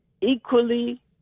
equally